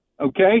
Okay